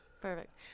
Perfect